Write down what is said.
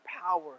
power